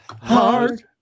hard